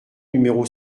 numéro